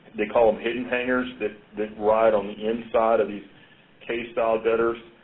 they call them hidden hangers that that ride on the inside of these case style gutters,